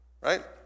right